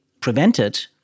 prevented